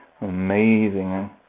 amazing